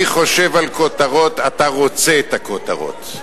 אני חושב על כותרות, אתה רוצה את הכותרות.